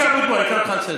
חשבון נפש.